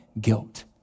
guilt